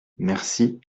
merci